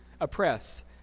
oppress